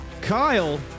kyle